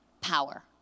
power